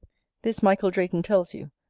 this michael drayton tells you,